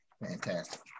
Fantastic